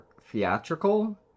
theatrical